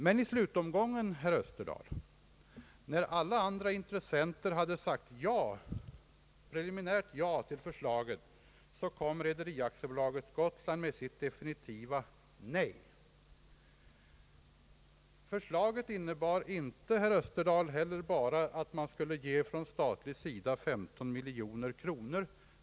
Men i slutomgången, när alla andra intressenter hade sagt preliminärt ja till förslaget, kom Rederi AB Gotland med sitt definitiva nej. Förslaget innebar inte, herr Österdahl, bara att staten skulle ge 15 miljoner kronor.